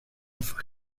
for